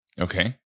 Okay